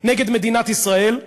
נגד מדינת ישראל,